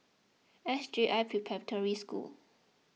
S J I Preparatory School